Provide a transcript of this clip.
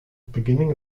beginning